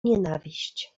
nienawiść